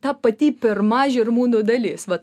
ta pati pirma žirmūnų dalis va